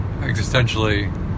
existentially